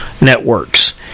networks